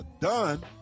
done